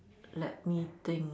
let me think